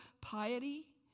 piety